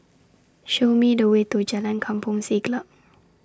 Show Me The Way to Jalan Kampong Siglap